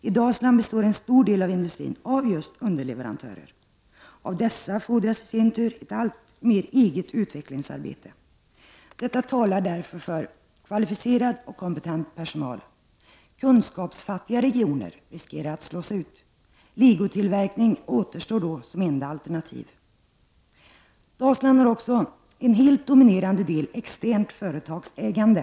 I Dalsland består en stor del av industrin av just underleverantörer. Av dessa fordras alltmer ett eget utvecklingsarbete, och detta kräver kvalificerad och kompetent personal. Kunskapsfattiga regioner riskerar att slås ut. Legotillverkning återstår då som enda alternativ. Dalsland har en helt dominerande del externt företagsägande.